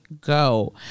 go